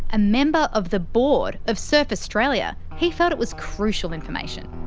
a member of the board of surf australia, he felt it was crucial information.